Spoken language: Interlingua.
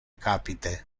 capite